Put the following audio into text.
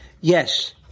Yes